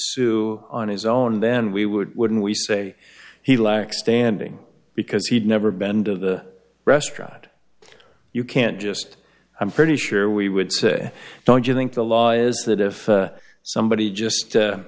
sue on his own then we would wouldn't we say he lacks standing because he'd never been to the restaurant you can't just i'm pretty sure we would say don't you think the law is that if somebody just